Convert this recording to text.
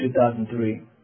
2003